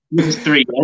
three